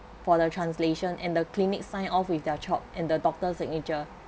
for the translation and the clinic signed off with their chop and the doctor's signature